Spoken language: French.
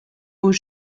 aux